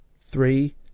three